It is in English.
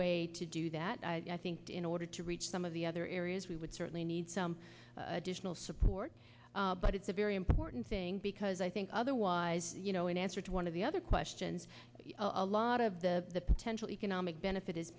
way to do that i think in order to reach some of the other areas we would certainly need some additional support but it's a very important thing because i think otherwise you know in answer to one of the other questions a lot of the potential economic benefit is